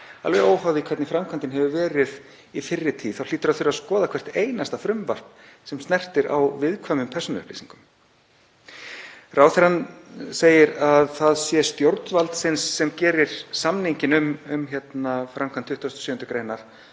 Alveg óháð því hvernig framkvæmdin hefur verið í fyrri tíð þá hlýtur að þurfa að skoða hvert einasta frumvarp sem snertir á viðkvæmum persónuupplýsingum. Ráðherrann segir að það sé stjórnvaldsins sem gerir samninginn um framkvæmd 27. gr. að